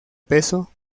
peso